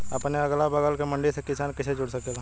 अपने अगला बगल के मंडी से किसान कइसे जुड़ सकेला?